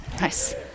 Nice